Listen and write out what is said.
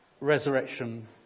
resurrection